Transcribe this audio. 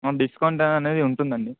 discount అనేది ఉంటుంది